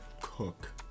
Cook